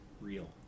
real